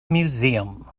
museum